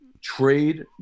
trade